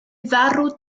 farw